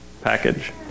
package